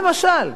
למשל?